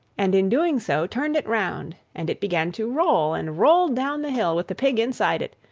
and in doing so turned it round, and it began to roll, and rolled down the hill with the pig inside it,